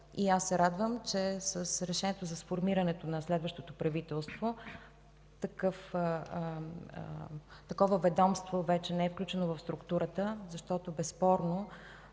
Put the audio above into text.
Аз се радвам, че с решението за сформирането на следващото правителство такова ведомство вече не е включено в структурата на Министерския